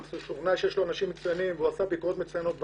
שאני בטוח שיש בו אנשים מצוינים והוא עשה ביקורות מצוינות בעבר,